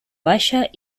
baixa